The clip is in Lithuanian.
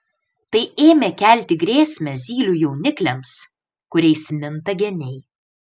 tai ėmė kelti grėsmę zylių jaunikliams kuriais minta geniai